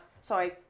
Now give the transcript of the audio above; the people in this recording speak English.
Sorry